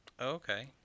Okay